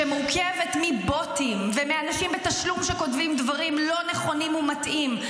שמורכבת מבוטים ומאנשים בתשלום שכותבים דברים לא נכונים ומטעים,